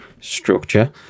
structure